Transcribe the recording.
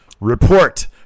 Report